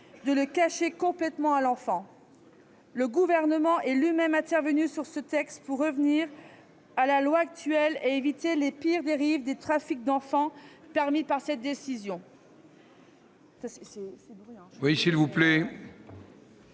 de le cacher complètement à l'enfant. Le Gouvernement est lui-même intervenu sur ce texte pour revenir à la loi actuelle et éviter les pires dérives des trafics d'enfants permis par cette décision.